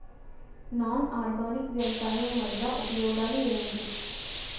Non organic వ్యవసాయం వల్ల ఉపయోగాలు ఏంటీ?